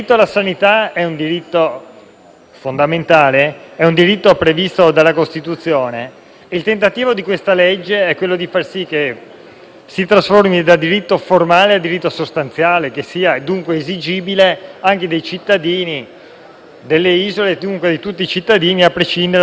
diritto fondamentale previsto dalla Costituzione e il tentativo di questa legge è far sì che si trasformi da diritto formale a diritto sostanziale e che sia dunque esigibile anche dai cittadini delle isole e dunque da tutti i cittadini, a prescindere dalla collocazione geografica.